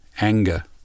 Anger